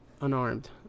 unarmed